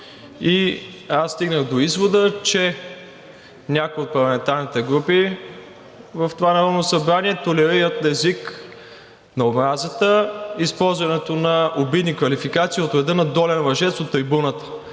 и аз стигнах до извода, че някои от парламентарните групи в това Народно събрание толерират език на омразата, използването на обидни квалификации от рода на „долен лъжец“ от трибуната.